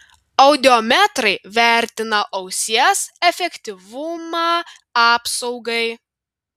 audiometrai vertina ausies efektyvumą apsaugai